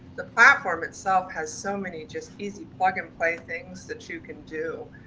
the platform itself has so many just easy plug and play things that you can do,